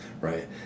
right